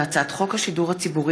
הצעת חוק זכויות הדייר בדיור הציבורי